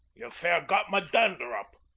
ye've fair got my dander up.